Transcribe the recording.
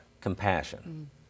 compassion